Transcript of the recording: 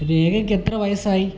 രേഖയ്ക്ക് എത്ര വയസ്സായി